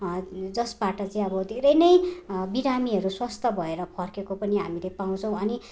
जसबाट चाहिँ अब धेरै नै बिरामीहरू स्वस्थ भएर फर्केको पनि हामीले पाउँछौँ अनि